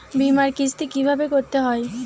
বিমার কিস্তি কিভাবে করতে হয়?